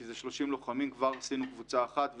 כי זה 30 לוחמים וכבר עשינו קבוצה אחת,